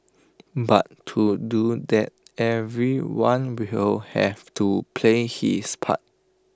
but to do that everyone will have to play his part